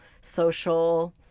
social